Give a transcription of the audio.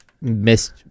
missed